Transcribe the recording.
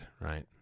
right